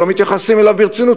לא מתייחסים אליו ברצינות,